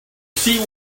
see